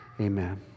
Amen